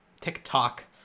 TikTok